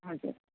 हजुर